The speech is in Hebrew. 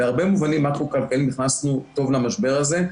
בהרבה מובנים מאקרו כלכליים נכנסנו טוב למשבר הזה.